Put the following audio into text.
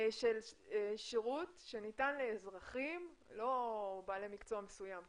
של שירות שניתן לאזרחים, לא בעלי מקצוע מסוים,